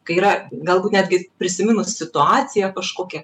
kai yra galbūt netgi prisiminus situaciją kažkokią